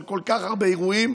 של כל כך הרבה אירועים,